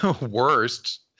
worst